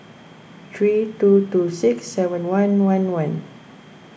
three two two six seven one one one